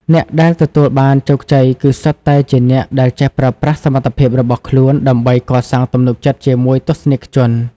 អ្នកដែលទទួលបានជោគជ័យគឺសុទ្ធតែជាអ្នកដែលចេះប្រើប្រាស់សមត្ថភាពរបស់ខ្លួនដើម្បីកសាងទំនុកចិត្តជាមួយទស្សនិកជន។